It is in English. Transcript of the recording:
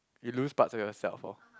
you lose parts of yourself orh